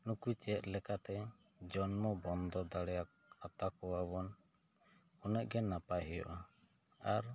ᱱᱩᱠᱩ ᱪᱮᱫ ᱞᱮᱠᱟᱛᱮ ᱡᱚᱱᱢᱚ ᱵᱚᱱᱫᱚ ᱫᱟᱲᱮ ᱭᱟᱛᱟ ᱠᱚᱣᱟ ᱵᱚᱱ ᱚᱱᱟᱹᱜ ᱜᱮ ᱱᱟᱯᱟᱭ ᱦᱩᱭᱩᱜᱼᱟ ᱟᱨ